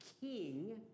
king